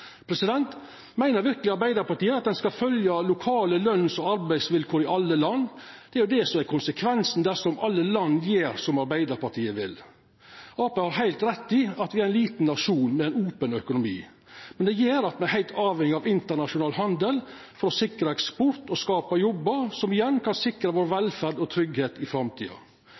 Meiner verkeleg Arbeidarpartiet at ein skal følgja lokale løns- og arbeidsvilkår i alle land? Det er det som er konsekvensen dersom alle land gjer som Arbeidarpartiet vil. Arbeidarpartiet har heilt rett i at vi er ein liten nasjon med ein open økonomi. Men det gjer at vi er heilt avhengige av internasjonal handel for å sikra eksport og skapa jobbar, som igjen kan sikra oss velferd og tryggleik i framtida.